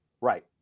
Right